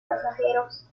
pasajeros